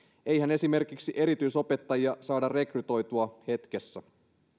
eihän esimerkiksi erityisopettajia saada rekrytoitua hetkessä